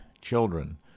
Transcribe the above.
children